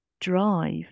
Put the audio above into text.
drive